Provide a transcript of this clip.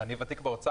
אני ותיק באוצר